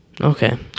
Okay